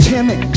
Timmy